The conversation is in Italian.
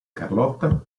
carlotta